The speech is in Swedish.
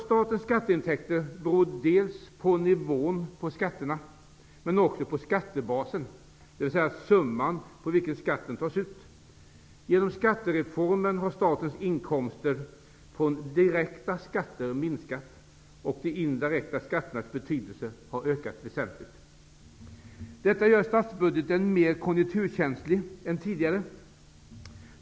Statens skatteintäkter beror dels på nivån på skatterna, men dels också på skattebasen, dvs. den summa på vilken skatten tas ut. Genom skattereformen har statens inkomster av direkta skatter minskat, medan de indirekta skatternas betydelse har ökat väsentligt. Detta gör statsbudgeten mer konjunkturkänslig än tidigare.